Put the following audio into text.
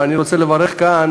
ואני רוצה לברך כאן,